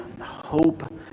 hope